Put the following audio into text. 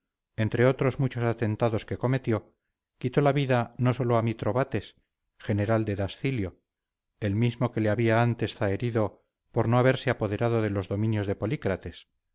entre otros muchos atentados que cometió quitó la vida no sólo a mitrobates general de dascilio el mismo que le había antes zaherido por no haberse apoderado de los dominios de